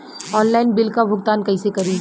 Online bill क भुगतान कईसे करी?